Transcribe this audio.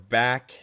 back